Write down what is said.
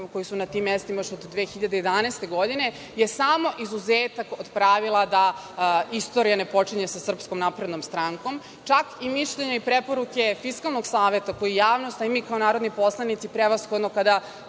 koji su na tim mestima još od 2011. godine, je samo izuzetak od pravila da istorija ne počinje sa Srpskom naprednom strankom. Čak i mišljenja i preporuke Fiskalnog saveta koje je javnost, a i mi kao narodni poslanici, prevashodno kada